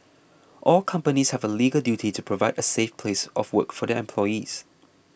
all companies have a legal duty to provide a safe place of work for their employees